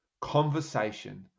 conversation